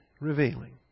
revealing